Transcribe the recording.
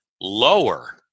lower